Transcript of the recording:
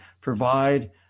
provide